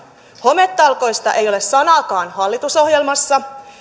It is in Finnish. hometalkoista ei ole sanaakaan hallitusohjelmassa